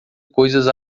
coisas